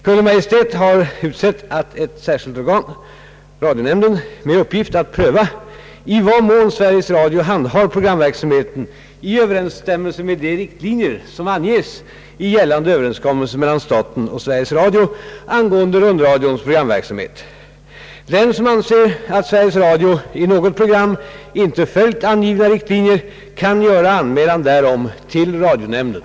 Kungl. Maj:t har utsett ett särskilt organ, radionämnden, med uppgift att pröva i vad mån Sveriges Radio handhar programverksamheten i överensstämmelse med de riktlinjer, som anges i gällande överenskommelse mellan staten och Sveriges Radio angående rundradions programverksamhet. Den som anser, att Sveriges Radio i något program inte följt angivna riktlinjer, kan göra anmälan därom till radionämnden.